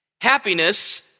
Happiness